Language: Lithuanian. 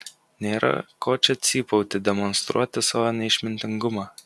nėra ko čia cypauti demonstruoti savo neišmintingumą